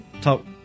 talk